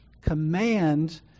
command